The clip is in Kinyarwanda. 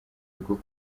bwo